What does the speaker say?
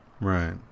right